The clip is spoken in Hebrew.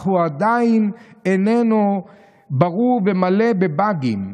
אך הוא עדיין" איננו ברור "ומלא ב'באגים'.